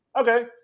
okay